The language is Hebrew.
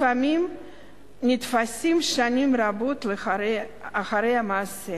לפעמים נתפסים שנים רבות לאחר המעשה.